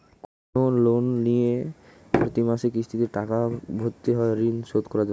কোন লোন নিলে প্রতি মাসে কিস্তিতে টাকা ভরতে হয় ঋণ শোধ করার জন্য